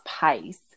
pace